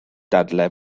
dadlau